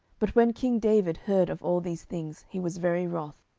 but when king david heard of all these things, he was very wroth.